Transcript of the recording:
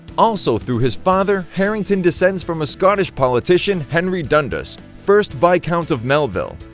also, through his father, harington descends from scottish politician henry dundas, first viscount of melville.